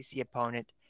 opponent